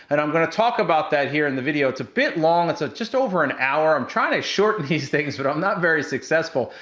and i'm gonna talk about that here in the video. it's a bit long, it's ah just over an hour. i'm tryna shorten these things, but i'm not very successful.